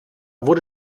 wurde